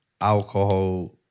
alcohol